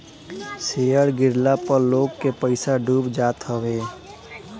share गिरला पअ लोग के पईसा डूब जात हवे